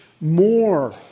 more